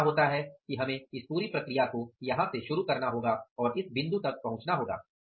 तो क्या होता है कि हमें इस प्रक्रिया को यहां से शुरू करना होगा और इस बिंदु तक पहुंचना होगा